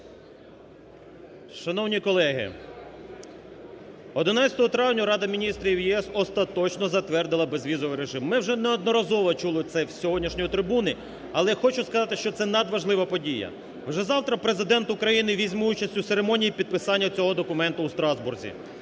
Шановні колеги! 11 травня Рада міністрів ЄС остаточно затвердила безвізовий режим. Ми вже неодноразово чули це з сьогоднішньої трибуни, але хочу сказати, що це надважлива подія. Уже завтра Президент України візьме участь у церемонії підписання цього документу в Страсбурзі.